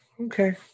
okay